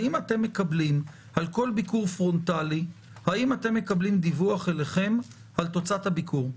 האם אתם מקבלים על כל ביקור פרונטלי דיווח אליכם על תוצאת הביקור?